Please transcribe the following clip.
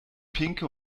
pinke